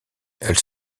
elle